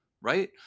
right